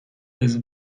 bez